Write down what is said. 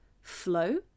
flow